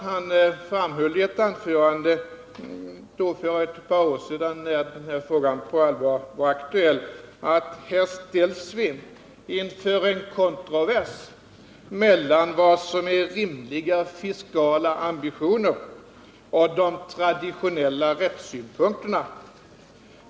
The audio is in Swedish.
Han framhöll i ett anförande för ett par år sedan när den här frågan på allvar var aktuell att vi här ställs inför en kontrovers mellan vad som är rimliga fiskala ambitioner och de traditionella rättssäkerhetssynpunkterna.